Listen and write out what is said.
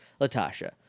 Latasha